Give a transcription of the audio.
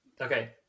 Okay